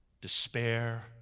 despair